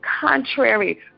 contrary